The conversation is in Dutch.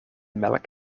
melk